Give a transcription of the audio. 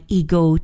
ego